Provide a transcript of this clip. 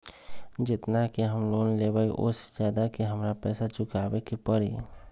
जेतना के हम लोन लेबई ओ से ज्यादा के हमरा पैसा चुकाबे के परी?